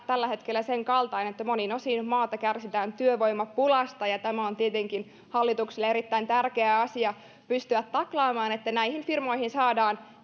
tällä hetkellä sen kaltainen että monin osin maata kärsitään työvoimapulasta ja tämä on tietenkin hallitukselle erittäin tärkeä asia pystyä taklaamaan että näihin firmoihin saadaan